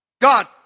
God